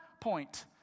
point